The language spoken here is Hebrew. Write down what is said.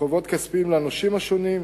חובות כספיים לנושים השונים,